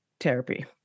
therapy